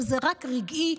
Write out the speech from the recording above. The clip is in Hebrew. שזה רק רגעי,